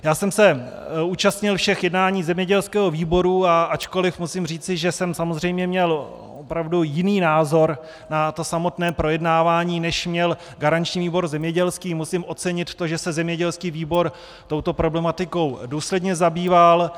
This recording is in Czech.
Já jsem se účastnil všech jednání zemědělského výboru, a ačkoliv musím říci, že jsem samozřejmě měl jiný názor na to samotné projednávání, než měl garanční výbor zemědělský, musím ocenit, že se zemědělský výbor touto problematikou důsledně zabýval.